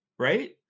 Right